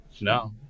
no